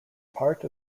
part